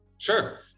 Sure